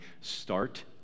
start